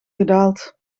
gedaald